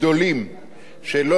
שלא להם נועד החוק,